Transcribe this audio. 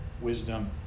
wisdom